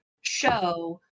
show